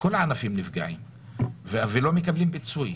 כל הענפים נפגעים ולא מקבלים פיצוי.